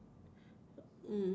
um